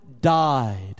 died